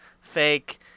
fake